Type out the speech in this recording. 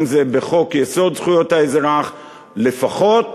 אם בחוק-יסוד: זכויות האזרח לפחות,